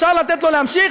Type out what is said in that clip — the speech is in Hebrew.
אפשר לתת לו להמשיך,